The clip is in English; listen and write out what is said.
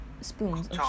spoons